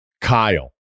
Kyle